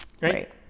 right